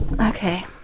Okay